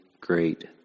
great